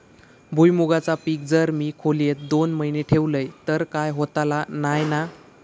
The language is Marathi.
भुईमूगाचा पीक जर मी खोलेत दोन महिने ठेवलंय तर काय होतला नाय ना?